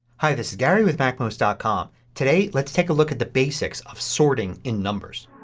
hi, this is gary with macmost ah com. today let's take a look at the basics of sorting in numbers.